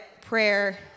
prayer